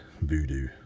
voodoo